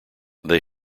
they